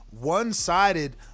one-sided